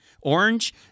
Orange